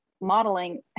modeling